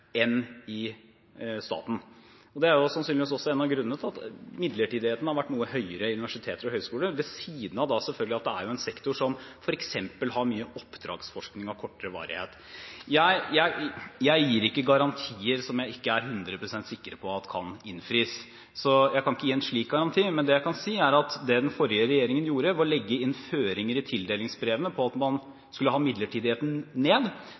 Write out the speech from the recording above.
enn i staten. Det er sannsynligvis også en av grunnene til at midlertidigheten har vært noe større i universiteter og høgskoler, ved siden av at det selvfølgelig er en sektor som f.eks. har mye oppdragsforskning av kortere varighet. Jeg gir ikke garantier som jeg ikke er 100 pst. sikker på at kan innfris, så jeg kan ikke gi en slik garanti, men det jeg kan si, er at det den forrige regjeringen gjorde ved å legge inn føringer i tildelingsbrevene på at man skulle ha midlertidigheten ned,